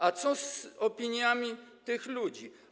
A co z opiniami tych ludzi?